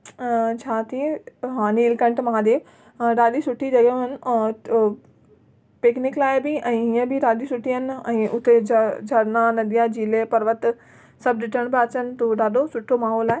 छा ती हा नीलकंठ महादेव ॾाढी सुठी जॻहियूं आहिनि त पिकनिक लाइ बि ऐं हीअं बि ॾाढी सुठी आहिनि ऐं हुते ज झरना नदिया झिले पर्वत सभु ॾिठण पिया अचनि त उहो ॾाढो सुठो माहोलु आहे